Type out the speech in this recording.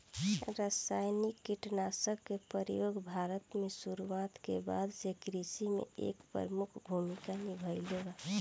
रासायनिक कीटनाशक के प्रयोग भारत में शुरुआत के बाद से कृषि में एक प्रमुख भूमिका निभाइले बा